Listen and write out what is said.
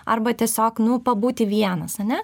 arba tiesiog nu pabūti vienas ane